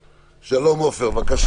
ודאי.